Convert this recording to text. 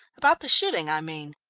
about the shooting i mean?